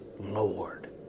Lord